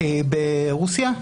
ברוסיה?